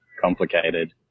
complicated